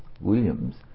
Williams